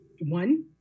One